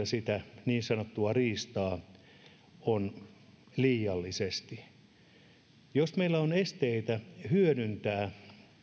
sitä niin sanottua riistaa on liiallisesti jos meillä on esteitä hyödyntää